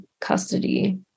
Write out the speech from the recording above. custody